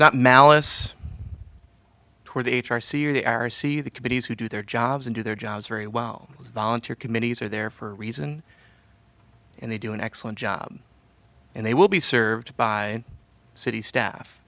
not malice toward the h r c or the r c the committees who do their jobs and do their jobs very well volunteer committees are there for a reason and they do an excellent job and they will be served by city staff